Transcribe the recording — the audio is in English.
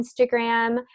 Instagram